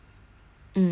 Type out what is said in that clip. mm